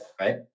Right